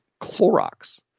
Clorox